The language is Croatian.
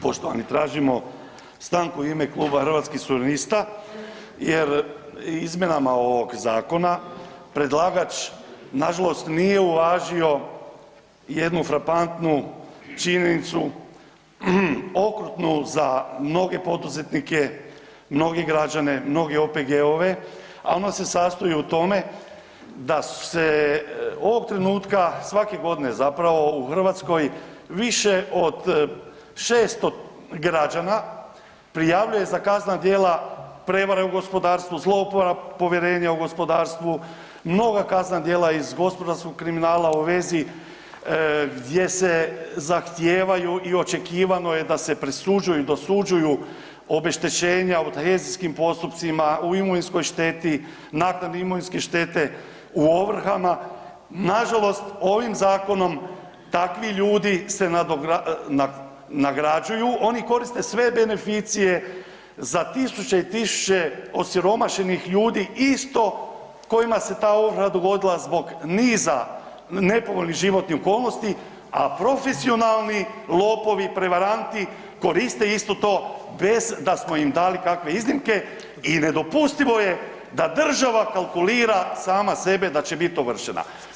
Poštovani tražimo stanku u ime Kluba Hrvatskih suverenista jer izmjenama ovog zakona predlagač nažalost nije uvažio jednu frapantnu činjenicu okrutnu za mnoge poduzetnike, mnoge građane, mnoge OPG-ove, a ona se sastoji u tome da se ovog trenutaka svake godine zapravo u Hrvatskoj više od 600 građana prijavljuje za kaznena djela prevare u gospodarstvu, zlouporabe povjerenja u gospodarstvu, mnoga kaznena djela iz gospodarskog kriminala u vezi gdje se zahtijevaju i očekivano je da se presuđuju i dosuđuju obeštećenja u …/nerazumljivo/… u imovinskoj šteti, naknadi imovinske štete, u ovrhama, nažalost ovim zakonom takvi ljudi se nagrađuju, oni koriste sve beneficije za tisuće i tisuće osiromašenih ljudi isto kojima se ta ovrha dogodila zbog niza nepovoljnih životnih okolnosti, a profesionalni lopovi, prevaranti koriste isto to bez da smo im dali kakve iznimke i nedopustivo je da država kalkulira sama sebe da će biti ovršena.